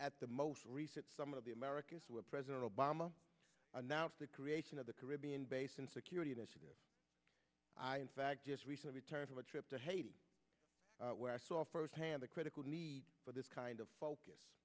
at the most recent some of the americas where president obama announced the creation of the caribbean basin security initiative i in fact just recently returned from a trip to haiti where i saw firsthand the critical need for this kind of focus